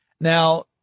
Now